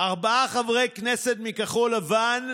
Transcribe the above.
חבר הכנסת אלכס קושניר.